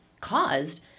caused